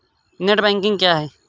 Net banking क्या है?